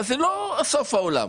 זה לא סוף העולם,